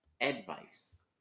Advice